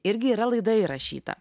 irgi yra laida įrašyta